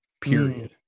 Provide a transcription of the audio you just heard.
Period